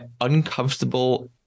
uncomfortable